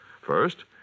First